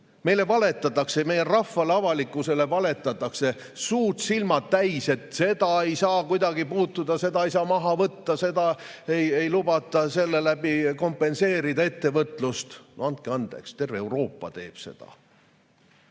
Meile valetatakse, meie rahvale, avalikkusele valetatakse suud-silmad täis, et seda ei saa kuidagi puutuda, seda ei saa maha võtta, ei lubata selle abil kompenseerida ettevõtlust. No andke andeks, terve Euroopa teeb seda.